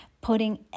putting